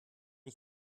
ich